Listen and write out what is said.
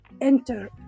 enter